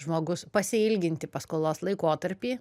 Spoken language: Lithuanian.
žmogus pasiilginti paskolos laikotarpį